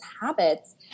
habits